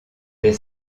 des